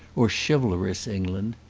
or chivalrous england.